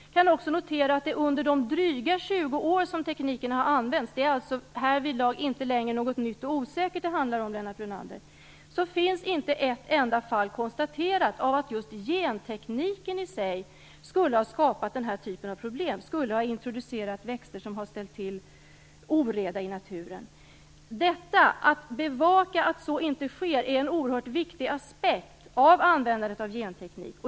Jag kan också notera att det under de dryga 20 år som tekniken har använts - det är alltså härvidlag inte längre något nytt och osäkert det handlar om, Lennart Brunander - inte finns ett enda fall konstaterat där just gentekniken i sig skulle ha skapat den här typen av problem, skulle ha introducerat växter som har ställt till oreda i naturen. Att bevaka att så inte sker är en oerhört viktig aspekt av användandet av genteknik.